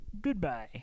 Goodbye